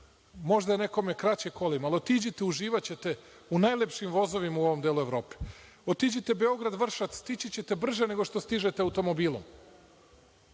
možda je nekome kraće kolima, ali idite, uživaćete u najlepšim vozovima u ovom delu Evrope. Idite Beograd – Vršac, stići ćete brže nego što stižete automobilom.